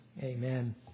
Amen